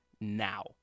now